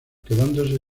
quedándose